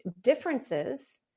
differences